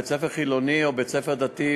בית-ספר חילוני או בית-ספר דתי,